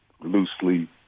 loosely